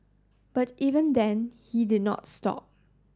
but even then he did not stop